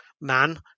man